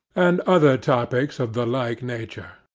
and other topics of the like nature.